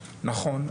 נכון,